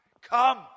Come